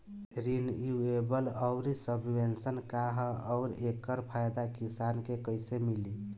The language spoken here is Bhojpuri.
रिन्यूएबल आउर सबवेन्शन का ह आउर एकर फायदा किसान के कइसे मिली?